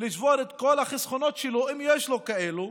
לשבור את כל החסכונות שלו, אם יש לו כאלו,